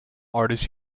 artists